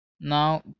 now